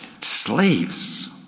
Slaves